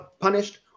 punished